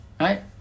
Right